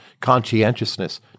conscientiousness